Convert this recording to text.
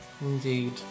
Indeed